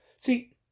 See